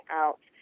out